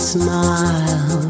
smile